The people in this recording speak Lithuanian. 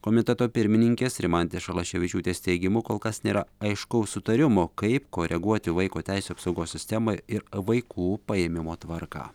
komiteto pirmininkės rimantės šalaševičiūtės teigimu kol kas nėra aiškaus sutarimo kaip koreguoti vaiko teisių apsaugos sistemą ir vaikų paėmimo tvarką